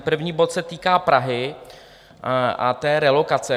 První bod se týká Prahy a té relokace.